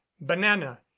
banana